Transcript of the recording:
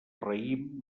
raïm